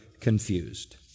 confused